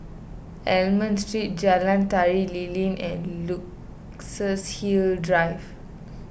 Almond Street Jalan Tari Lilin and Luxus Hill Drive